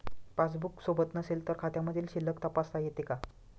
Passbook सोबत नसेल तर खात्यामधील शिल्लक तपासता येते का?